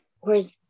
whereas